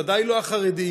ודאי לא החרדי,